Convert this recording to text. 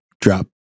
drop